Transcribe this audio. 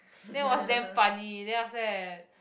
then it was damn funny then after that